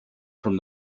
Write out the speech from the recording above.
from